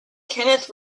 kenneth